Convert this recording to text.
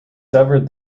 severed